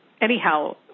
anyhow